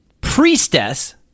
Priestess